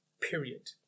Period